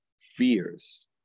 fears